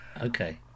Okay